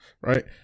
right